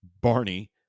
Barney